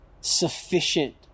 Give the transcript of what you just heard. sufficient